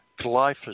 glyphosate